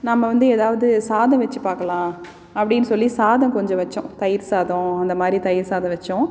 நம்ம வந்து ஏதாவது சாதம் வச்சு பார்க்கலாம் அப்படீனு சொல்லி சாதம் கொஞ்சம் வைச்சோம் தயிர் சாதம் அந்தமாதிரி தயிர் சாதம் வைச்சோம்